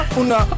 una